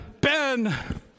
Ben